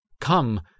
Come